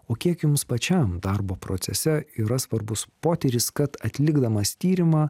o kiek jums pačiam darbo procese yra svarbus potyris kad atlikdamas tyrimą